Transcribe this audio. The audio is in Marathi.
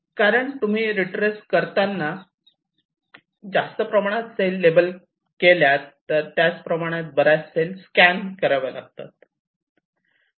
कारण तुम्ही रीट्रेस करताना जास्त प्रमाणात सेल लेबल केल्यात तर त्याच प्रमाणात बऱ्याच सेल स्कॅन कराव्या लागतात